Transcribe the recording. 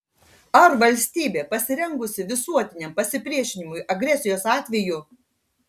ar valstybė pasirengusi visuotiniam pasipriešinimui agresijos atveju